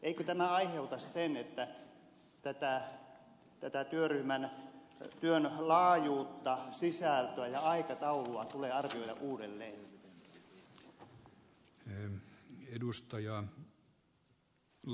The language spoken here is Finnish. eikö tämä aiheuta sen että tätä työryhmän työtä ja uudistuksen laajuutta sisältöä ja aikataulua tulee arvioida uudelleen